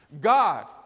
God